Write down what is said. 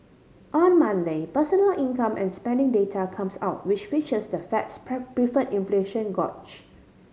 on Monday personal income and spending data comes out which features the Fed's preferred inflation gauge